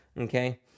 Okay